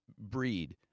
breed